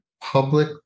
public